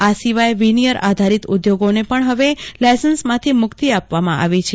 આ સિવાય વિનિયર આધારિત ઉઘોગોને પણ હવે લાયસન્સમાંથી મ્રક્તિ આપવામાં આવી છે